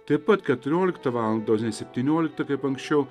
taip pat keturioliktą valandą o ne septynioliktą kaip anksčiau